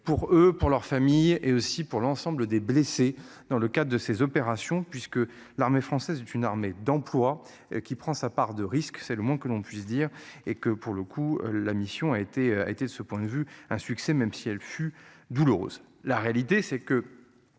pour eux, pour leur famille et aussi pour l'ensemble des blessés dans le cadre de ces opérations puisque l'armée française est une armée d'employes qui prend sa part de risques, c'est le moins que l'on puisse dire est que pour le coup, la mission a été a été de ce point de vue un succès, même si elle fut douloureuse. La réalité c'est que.